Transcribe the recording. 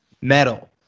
metal